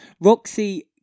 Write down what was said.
Roxy